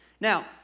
Now